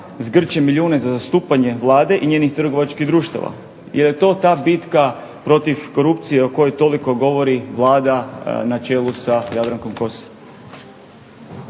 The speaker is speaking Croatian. zgrće milijune za zastupanje Vlade i njenih trgovačkih društava, …/Ne razumije se./… to ta bitka protiv korupcije o kojoj toliko govori Vlada na čelu sa Jadrankom Kosor.